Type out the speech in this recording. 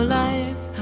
life